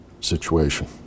situation